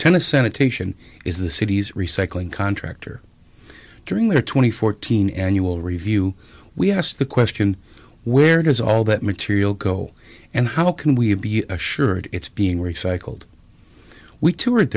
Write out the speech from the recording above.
tennessee sanitation is the city's recycling contractor during their twenty fourteen annual review we asked the question where does all that material go and how can we be assured it's being recycled we to